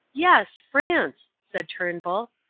yes, france! said turnbull,